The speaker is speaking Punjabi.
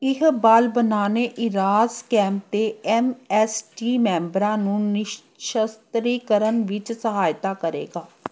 ਇਹ ਬਲ ਬਨਾਨੇਇਰਾਸ ਕੈਂਪ ਦੇ ਐੱਮ ਐੱਸ ਟੀ ਮੈਂਬਰਾਂ ਨੂੰ ਨਿਸ਼ਸਤਰੀਕਰਨ ਵਿੱਚ ਸਹਾਇਤਾ ਕਰੇਗਾ